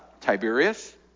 Tiberius